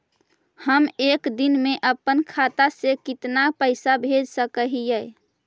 हम एक दिन में अपन खाता से कितना पैसा भेज सक हिय?